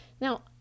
Now